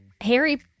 Harry